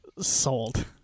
sold